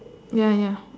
ya ya